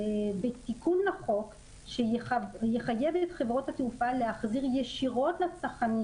הוא בתיקון החוק שיחייב את חברות התעופה להחזיר ישירות לצרכנים